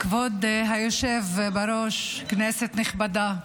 כבוד היושב בראש, כנסת נכבדה,